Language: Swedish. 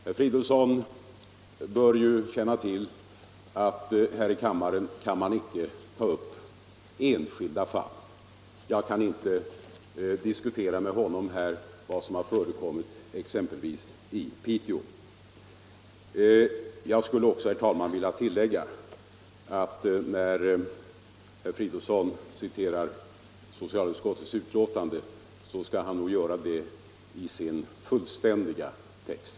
Herr Fridolfsson bör känna till att man här i kammaren icke kan ta upp enskilda fall. Jag kan inte diskutera med honom vad som har förekommit exempelvis i Piteå. Jag skulle också, herr talman, vilja tillägga att när herr Fridolfsson citerar socialutskottets utlåtande skall han återge den fullständiga texten.